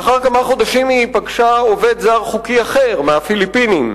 לאחר כמה חודשים היא פגשה עובד זר חוקי אחר מהפיליפינים,